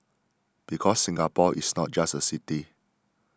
because Singapore is not just a city